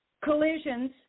collisions